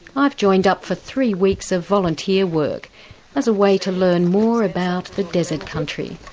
i've joined up for three weeks of volunteer work as a way to learn more about the desert country.